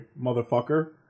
motherfucker